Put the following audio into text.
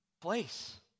place